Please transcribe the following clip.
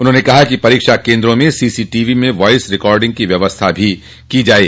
उन्होंने कहा कि परीक्षा केन्द्रों में सीसी टीवी में वॉयस रिकार्डिंग की व्यवस्था भी की जाये